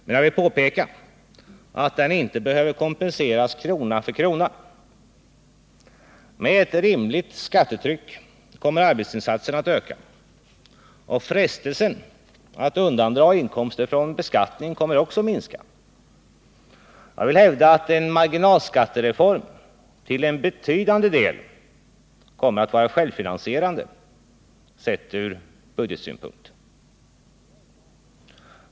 Men jag vill påpeka att den inte behöver kompenseras krona för krona. Med ett rimligt skattetryck kommer arbetsinsatsen att öka och frestelsen att undandra inkomster från beskattning kommer att minska. Jag vill hävda att en marginalskattereform till en betydande del kommer att vara självfinansierande, sett från budgetsynpunkt.